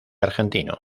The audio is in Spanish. argentino